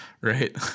Right